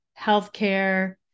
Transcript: healthcare